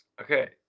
Okay